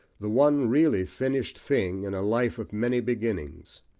the one really finished thing, in a life of many beginnings.